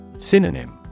Synonym